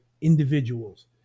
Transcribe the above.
individuals